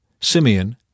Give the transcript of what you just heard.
Simeon